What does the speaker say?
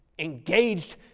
Engaged